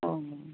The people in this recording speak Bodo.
अ